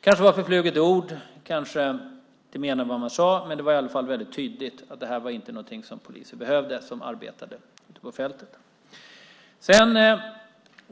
kanske var ett förfluget ord eller kanske menade man inte vad man sade, men det var tydligt att detta inte var något som poliser som arbetar på fältet behöver.